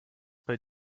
bei